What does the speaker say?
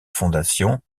fondation